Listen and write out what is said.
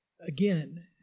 Again